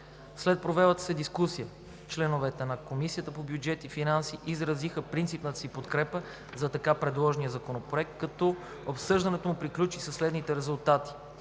След провелата се дискусия членовете на Комисията по бюджет и финанси изразиха принципната си подкрепа за така предложения законопроект, като обсъждането му приключи със следните резултати: